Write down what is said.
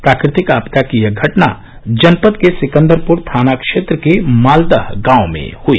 प्राकृतिक आपदा की यह घटना जनपद के सिकन्दरपुर थाना क्षेत्र के मालदह गांव में हई